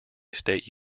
state